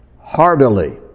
heartily